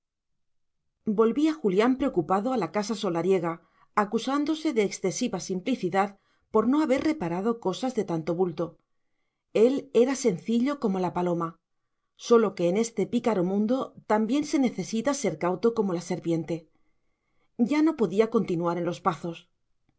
volvía julián preocupado a la casa solariega acusándose de excesiva simplicidad por no haber reparado cosas de tanto bulto él era sencillo como la paloma sólo que en este pícaro mundo también se necesita ser cauto como la serpiente ya no podía continuar en los pazos